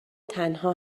تنها